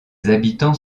habitants